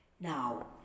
Now